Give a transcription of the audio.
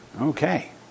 Okay